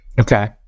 okay